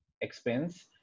expense